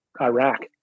iraq